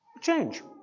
change